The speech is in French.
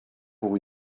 pour